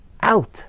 out